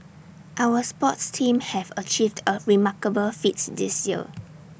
our sports teams have achieved A remarkable feats this year